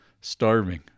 starving